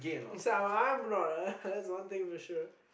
so I'm not a that's one thing for sure